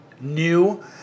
new